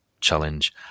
challenge